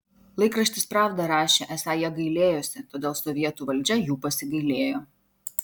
laikraštis pravda rašė esą jie gailėjosi todėl sovietų valdžia jų pasigailėjo